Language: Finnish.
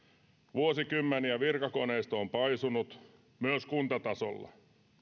vuosikymmeniä virkakoneisto on paisunut myös kuntatasolla